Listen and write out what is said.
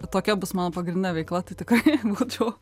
tokia bus mano pagrindinė veikla tai tikrai būčiau